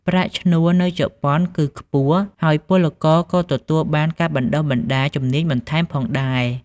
ប្រាក់ឈ្នួលនៅជប៉ុនគឺខ្ពស់ ហើយពលករក៏ទទួលបានការបណ្ដុះបណ្ដាលជំនាញបន្ថែមផងដែរ ។